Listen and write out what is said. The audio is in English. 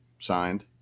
Signed